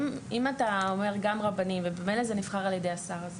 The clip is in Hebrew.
אם אתה אומר גם רבנים וממילא זה נבחר על ידי השר.